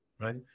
right